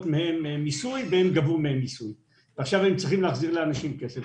מהם מיסוי והם גבו מהם מיסוי ועכשיו הם צריכים להחזיר לאנשים כנסת.